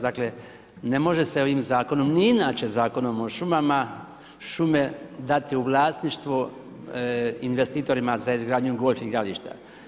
Dakle ne može se ovim zakonom, ni inače Zakonom o šumama, šume dati u vlasništvo investitorima za izgradnju golf igrališta.